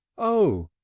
o!